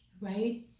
Right